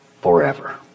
forever